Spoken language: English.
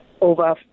over